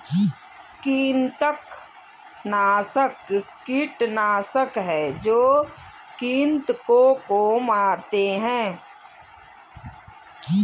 कृंतकनाशक कीटनाशक हैं जो कृन्तकों को मारते हैं